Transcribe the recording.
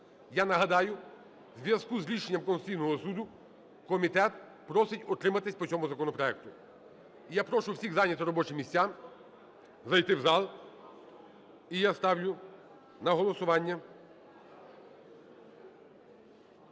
Я нагадаю, в зв'язку з рішенням Конституційного Суду комітет просить утриматись по цьому законопроекту. І я прошу всіх зайняти робочі місця, зайти в зал. І я ставлю на голосування